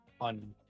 on